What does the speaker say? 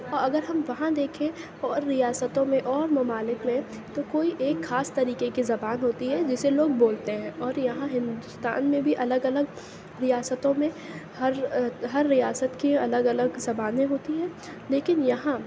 اور اگر ہم وہاں دیکھیں اور ریاستوں میں اور ممالک میں تو کوئی ایک خاص طریقے کی زبان ہوتی ہے جسے لوگ بولتے ہیں اور یہاں ہندوستان میں بھی الگ الگ ریاستوں میں ہر ہر ریاست کی الگ الگ زبانیں ہوتی ہیں لیکن یہاں